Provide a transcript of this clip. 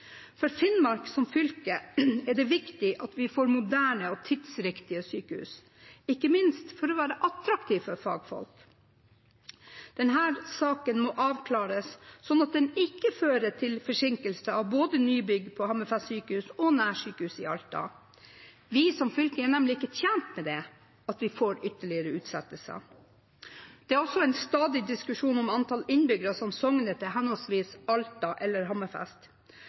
For Finnmark som fylke er det viktig at vi får moderne og tidsriktige sykehus, ikke minst for å være attraktive for fagfolk. Denne saken må avklares slik at den ikke fører til forsinkelse av både nybygg på Hammerfest sykehus og nærsykehus i Alta. Vi som fylke er nemlig ikke tjent med å få ytterlige utsettelser. Det er også en stadig diskusjon om antall innbyggere som sogner til henholdsvis Alta og Hammerfest – anslagsvis 23 000 eller